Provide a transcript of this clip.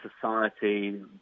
society